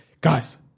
guys